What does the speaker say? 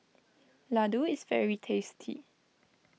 Ladoo is very tasty